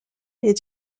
est